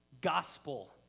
Gospel